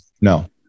no